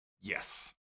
Yes